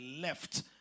left